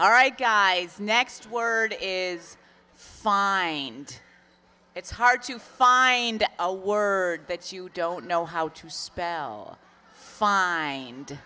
all right guys next word is find it's hard to find a word that you don't know how to spell find